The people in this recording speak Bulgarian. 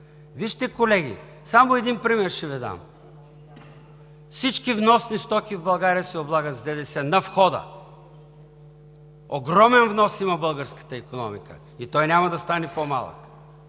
Вижте, колеги, само един пример ще Ви дам: всички вносни стоки в България се облагат с ДДС на входа. Огромен внос има българската икономика и той няма да стане по-малък